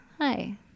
Hi